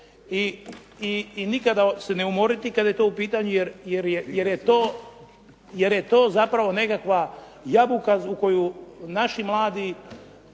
i nikada se ne umoriti kad je to u pitanju jer je to zapravo nekakva jabuka u koju naši mladi